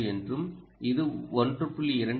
4 என்றும் இது 1